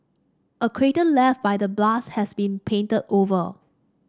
a crater left by the blast has been painted over